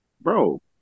Bro